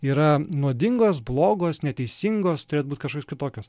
yra nuodingos blogos neteisingos turėtų būtikažkokios kitokios